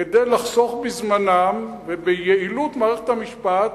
כדי לחסוך בזמנם, ולמען יעילות מערכת המשפט,